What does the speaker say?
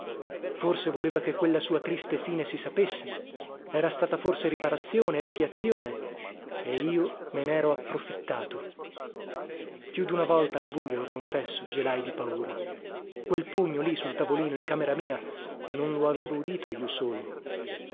forse voleva che quella sua triste fine si sapesse era stata forse riparazione espiazione e io me nero approfittato più duna volta al bujo lo confesso gelai di paura quel pugno lì sul tavolino in camera mia non lo avevo udito io solo